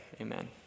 Amen